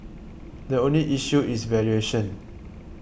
the only issue is valuation